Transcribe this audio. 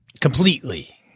completely